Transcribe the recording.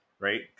right